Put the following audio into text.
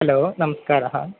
hello नमस्कारः